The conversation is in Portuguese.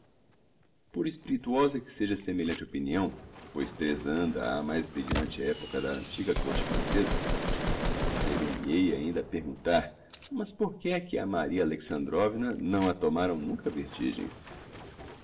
por espirituosa que seja semelhante opinião pois tresanda á mais brilhante épocha da antiga côrte franceza atrever me hei ainda a perguntar mas por que é que a maria alexandrovna não a tomaram nunca vertigens